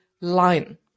line